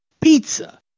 pizza